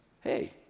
Hey